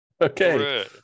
okay